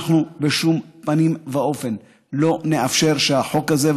בשום פנים ואופן לא נאפשר שהחוק הזה,